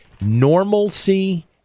normalcy